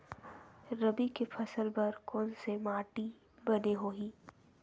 रबी के फसल बर कोन से माटी बने होही?